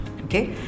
okay